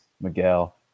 Miguel